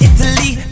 Italy